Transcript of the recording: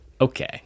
okay